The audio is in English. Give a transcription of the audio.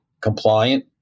compliant